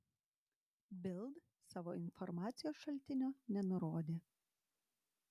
bild savo informacijos šaltinio nenurodė